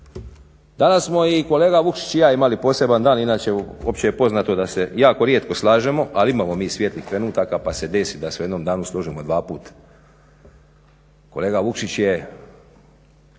Danas smo i kolega Vukšić i ja imali poseban dan, inače opće je poznato da se jako rijetko slažemo ali imamo mi svijetlih trenutaka pa se desi da se u jednom danu složimo dvaput. Kolega Vukšić je